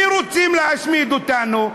מי רוצים להשמיד אותנו?